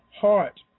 heart